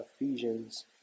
Ephesians